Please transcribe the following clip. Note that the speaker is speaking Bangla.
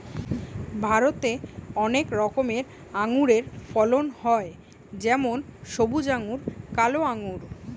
ভারতে অনেক রকমের আঙুরের ফলন হয় যেমন সবুজ আঙ্গুর, কালো আঙ্গুর